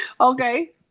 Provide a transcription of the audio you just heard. Okay